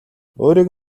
өөрийг